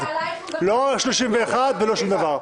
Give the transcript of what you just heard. לא 1.31 ולא שום דבר.